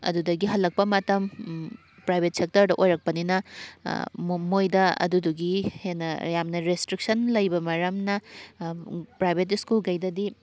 ꯑꯗꯨꯗꯒꯤ ꯍꯜꯂꯛꯄ ꯃꯇꯝ ꯄ꯭ꯔꯥꯏꯚꯦꯠ ꯁꯦꯛꯇꯔꯗ ꯑꯣꯏꯔꯛꯄꯅꯤꯅ ꯃꯣꯏꯗ ꯑꯗꯨꯗꯨꯒꯤ ꯍꯦꯟꯅ ꯌꯥꯝꯅ ꯔꯦꯁꯇ꯭ꯔꯤꯛꯁꯟ ꯂꯩꯕ ꯃꯔꯝꯅ ꯄ꯭ꯔꯥꯏꯚꯦꯠ ꯁ꯭ꯀꯨꯜꯈꯩꯗꯗꯤ